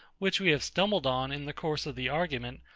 which we have stumbled on in the course of the argument,